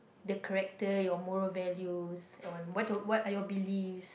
the character your moral values on what what are your believes